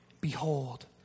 behold